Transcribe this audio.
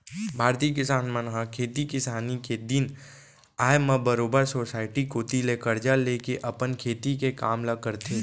भारतीय किसान मन ह खेती किसानी के दिन आय म बरोबर सोसाइटी कोती ले करजा लेके अपन खेती के काम ल करथे